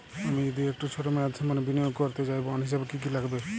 আমি যদি একটু ছোট মেয়াদসম্পন্ন বিনিয়োগ করতে চাই বন্ড হিসেবে কী কী লাগবে?